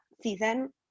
season